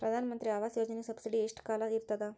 ಪ್ರಧಾನ ಮಂತ್ರಿ ಆವಾಸ್ ಯೋಜನಿ ಸಬ್ಸಿಡಿ ಎಷ್ಟ ಕಾಲ ಇರ್ತದ?